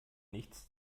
nichts